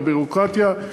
היא הביורוקרטיה.